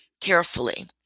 carefully